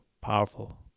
powerful